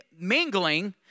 mingling